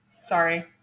Sorry